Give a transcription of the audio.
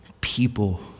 people